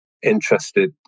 interested